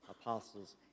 apostles